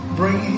bring